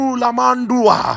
lamandua